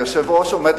היושב-ראש עומד,